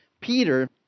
Peter